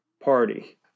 party